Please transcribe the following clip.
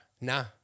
Nah